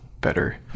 better